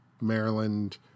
Maryland